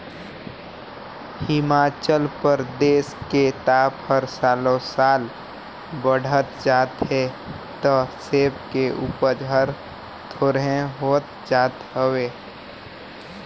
हिमाचल परदेस के ताप हर सालो साल बड़हत जात हे त सेब के उपज हर थोंरेह होत जात हवे